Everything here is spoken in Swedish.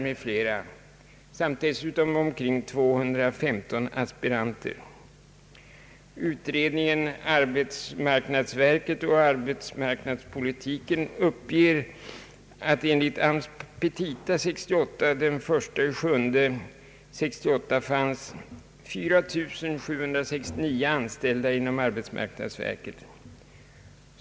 Vidare fanns omkring 215 aspiranter. Utredningen Arbetsmarknadsverket och arbetsmarknadspolitiken uppger att enligt arbetsmarknadsstyrelsens petita för 1968 fanns den 1 juli 1968 4769 anställda inom arbetsmarknadsverket.